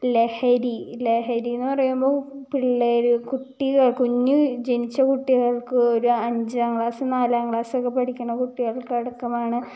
ലഹരി ലഹരി എന്ന് പറയുമ്പോൾ പിള്ളേർ കുട്ടികൾ കുഞ്ഞു ജനിച്ച കുട്ടികൾക്ക് ഒരഞ്ചാം ക്ലാസ് നാലാം ക്ലാസ് ഒക്കെ പഠിക്കുന്ന കുട്ടികൾക്കടക്കം വേണം